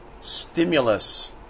stimulus